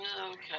Okay